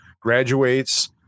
graduates